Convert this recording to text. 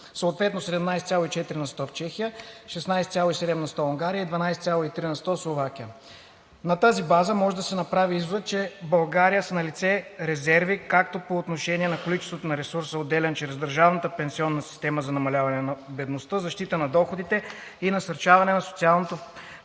съответно 17,4 на сто – Чехия, 16,7 на сто – Унгария, 12,3 на сто – Словакия. На тази база може да се направи изводът, че в България са налице резерви както по отношение на количеството на ресурса, отделян чрез държавната пенсионна система за намаляване на бедността, защита на доходите и насърчаване на социалното